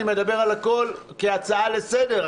אני מדבר על הכול כהצעה לסדר,